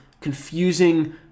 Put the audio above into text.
confusing